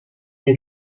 nie